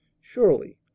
surely